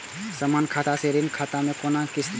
समान खाता से ऋण खाता मैं कोना किस्त भैर?